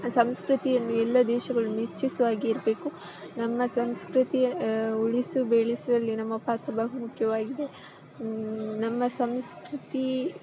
ಸಂಸ್ಕೃತಿಯನ್ನು ಎಲ್ಲ ದೇಶಗಳು ಮೆಚ್ಚಿಸುವಾಗೆ ಇರಬೇಕು ನಮ್ಮ ಸಂಸ್ಕೃತಿಯ ಉಳಿಸು ಬೆಳಿಸುವಲ್ಲಿ ನಮ್ಮ ಪಾತ್ರ ಬಹುಮುಖ್ಯವಾಗಿದೆ ನಮ್ಮ ಸಂಸ್ಕೃತಿ